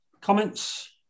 comments